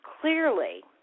clearly